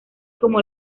como